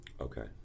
Okay